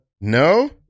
No